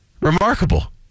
remarkable